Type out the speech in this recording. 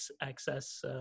access